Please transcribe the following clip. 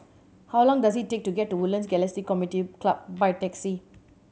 how long does it take to get to Woodlands Galaxy Community Club by taxi